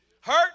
hurt